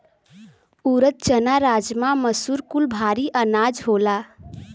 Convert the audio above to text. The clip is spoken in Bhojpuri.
ऊरद, चना, राजमा, मसूर कुल भारी अनाज होला